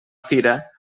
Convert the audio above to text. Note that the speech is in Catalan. fira